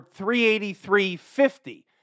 383.50